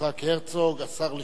יצחק הרצוג, השר לשעבר,